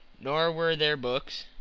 nor were there books,